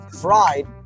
fried